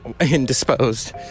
Indisposed